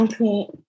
Okay